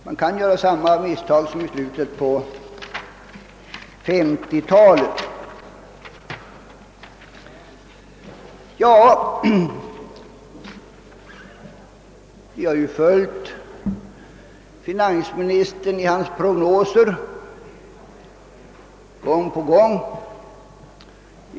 Man kan då göra samma misstag som i slutet av 1950 talet. Ja, vi har ju följt finansministern i hans prognoser gång på gång.